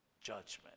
judgment